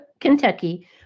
Kentucky